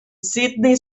sydney